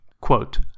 Quote